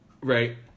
Right